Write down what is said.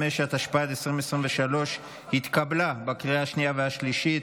25), התשפ"ד 2023, התקבלה בקריאה השנייה והשלישית,